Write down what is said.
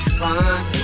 fine